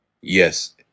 Yes